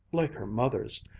like her mother's,